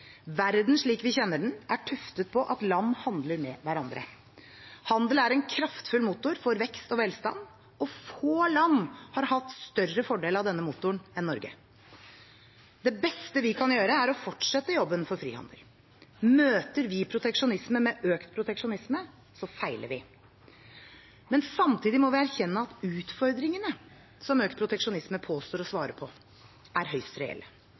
Verden slik vi kjenner den, er tuftet på at land handler med hverandre. Handel er en kraftfull motor for vekst og velstand, og få land har hatt større fordel av denne motoren enn Norge. Det beste vi kan gjøre, er å fortsette å jobbe for frihandel. Møter vi proteksjonisme med økt proteksjonisme, feiler vi. Samtidig må vi erkjenne at utfordringene som økt proteksjonisme påstår å svare på, er høyst reelle.